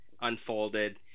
unfolded